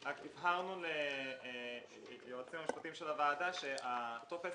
אבל הבהרנו ליועצים המשפטיים של הוועדה שהטופס